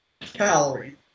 calorie